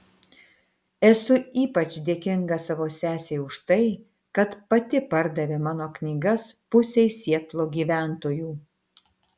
esu ypač dėkinga savo sesei už tai kad pati pardavė mano knygas pusei sietlo gyventojų